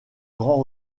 grand